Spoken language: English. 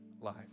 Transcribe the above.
life